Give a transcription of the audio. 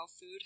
food